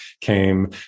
came